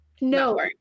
no